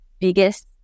biggest